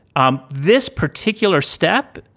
um this particular step.